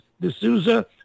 D'Souza